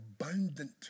abundant